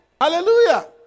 Hallelujah